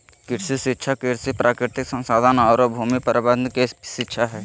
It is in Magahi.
कृषि शिक्षा कृषि, प्राकृतिक संसाधन औरो भूमि प्रबंधन के शिक्षा हइ